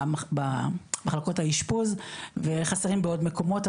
במחלקות האשפוז וחסרים בעוד מקומות,